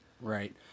Right